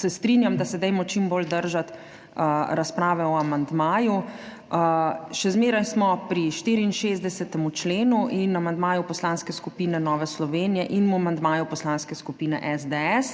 se strinjam, da se dajmo čim bolj držati razprave o amandmaju. Še zmeraj smo pri 64. členu in amandmaju Poslanske skupine Nova Slovenija in amandmaju Poslanske skupine SDS.